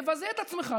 ותבזה את עצמך,